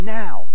now